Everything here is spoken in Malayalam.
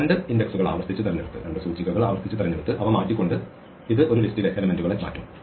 രണ്ട് സൂചികകൾ ആവർത്തിച്ച് തിരഞ്ഞെടുത്ത് അവ മാറ്റിക്കൊണ്ട് ഇത് ഒരു ലിസ്റ്റിലെ ഘടകങ്ങളെ മാറ്റും